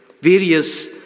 various